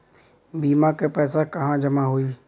बीमा क पैसा कहाँ जमा होई?